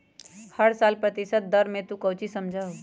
हर साल प्रतिशत दर से तू कौचि समझा हूँ